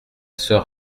soeur